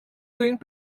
doing